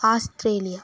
Australia